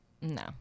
No